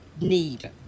need